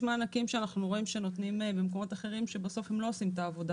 מענקים שאנחנו רואים שנותנים במקומות אחרים שבסוף הם לא עושים את העבודה